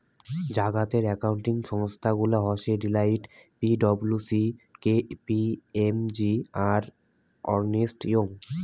জাগাতের একাউন্টিং সংস্থা গুলা হসে Deloitte, P W C, K P M G, আর আর্নেস্ট ইয়ং